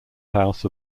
house